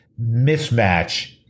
mismatch